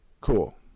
Cool